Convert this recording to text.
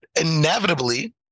inevitably